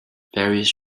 various